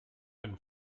been